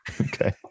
Okay